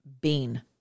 Bean